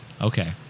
Okay